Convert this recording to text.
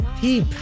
peep